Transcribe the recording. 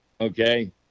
Okay